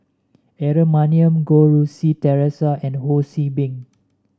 Aaron Maniam Goh Rui Si Theresa and Ho See Beng